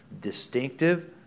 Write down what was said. Distinctive